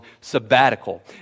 sabbatical